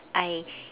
I